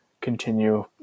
continue